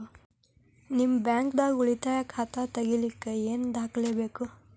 ನಿಮ್ಮ ಬ್ಯಾಂಕ್ ದಾಗ್ ಉಳಿತಾಯ ಖಾತಾ ತೆಗಿಲಿಕ್ಕೆ ಏನ್ ದಾಖಲೆ ಬೇಕು?